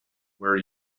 where